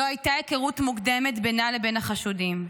לא הייתה היכרות מוקדמת בינה לבין החשודים,